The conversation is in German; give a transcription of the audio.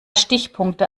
stichpunkte